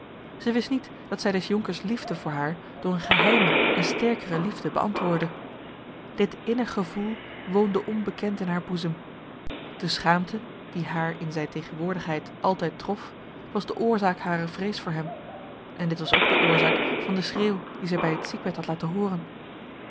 zij wist niet dat zij des jonkers liefde voor haar door een geheime en sterkere liefde beantwoordde dit innig gevoel woonde onbekend in haar boezem de schaamte die haar in zijn tegenwoordigheid altijd trof was de oorzaak harer vrees voor hem en dit was ook de oorzaak van de schreeuw die zij bij het ziekbed had laten horen